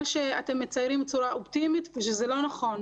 שאתם מציירים בצורה אופטימית וזה לא נכון.